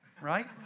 right